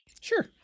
Sure